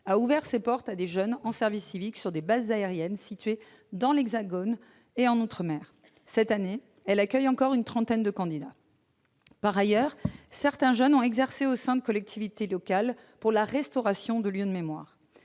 a ouvert ses portes à des jeunes en service civique sur des bases aériennes situées dans l'hexagone et outre-mer. Cette année, elle accueille encore une trentaine de candidats. Par ailleurs, certains jeunes ont exercé au sein de collectivités locales, pour la restauration de lieux de mémoire.